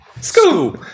School